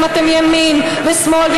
אם אתם ימין ושמאל,